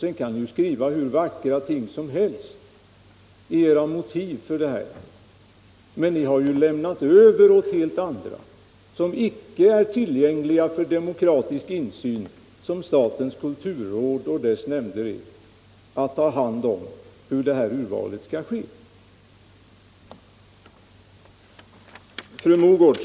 Sedan kan ni skriva hur vackra ting som helst i era motiv för ert förslag. Men ni har ju lämnat över åt helt andra intressen, som inte är tillgängliga för demokratisk insyn — som statens kulturråd och dess nämnder är — att ta hand om hur det här urvalet skall göras.